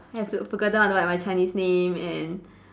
have to forgotten how to write my Chinese name and